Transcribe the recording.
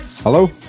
Hello